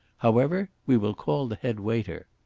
however, we will call the head waiter.